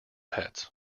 pets